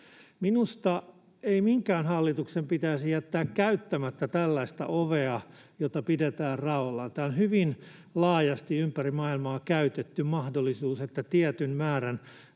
Minusta ei minkään hallituksen pitäisi jättää käyttämättä tällaista ovea, jota pidetään raollaan. Tämä on hyvin laajasti ympäri maailmaa käytetty mahdollisuus, että tietyn määrän